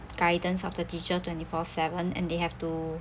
guidance of the teacher twenty four seven and they have to